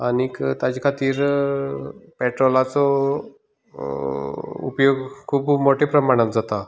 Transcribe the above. आनीक ताचे खातीर पेट्रोलाचो उपयोग खूब मोट्या प्रमाणांत जाता